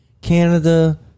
Canada